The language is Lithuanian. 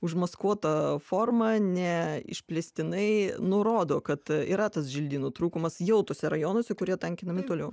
užmaskuota forma ne išplėstinai nurodo kad yra tas želdynų trūkumas jau tuose rajonuose kurie tankinami toliau